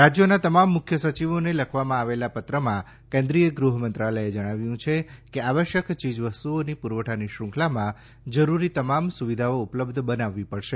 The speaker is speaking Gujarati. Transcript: રાજયોના તમામ મુખ્ય સચિવોને લખવામાં આવેલા પત્રમાં કેન્દ્રિય ગૃહ મંત્રાલયે જણાવ્યું છે કે આવશ્યક ચીજવસ્તુઓની પુરવઠાની શૃંખલામાં જરૂરી તમામ સુવિધાઓ ઉપલબ્ધ બનાવવી પડશે